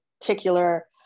particular